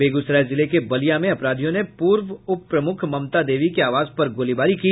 बेगूसराय जिले के बलिया में अपराधियों ने पूर्व उप प्रमुख ममता देवी के आवास पर गोलीबारी की